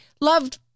loved